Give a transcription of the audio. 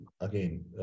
again